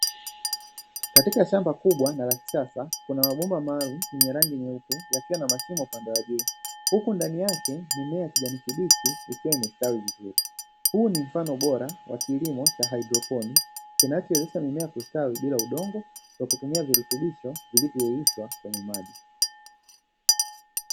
katika shamba kubwa na la kisasa kuna mabomba maalumu, yenye rangi nyeupe yakiwa na mashimo upandwe wa juu, uku ndani yake mimea ya kijani kibichi ikiwa imestawi vizuri huu ni mfano bora wa kilimo hayidroponi kinachowezesha mimie kustawi bila udongo kwa kutumia virutubisho vilivyoyeyushwa kwenye maji.